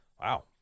wow